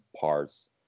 parts